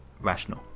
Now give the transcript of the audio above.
rational